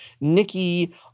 Nikki